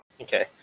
okay